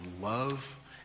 love